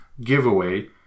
giveaway